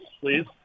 Please